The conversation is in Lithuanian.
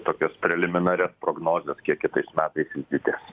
tokias preliminarias prognozes kiek kitais metais jis didės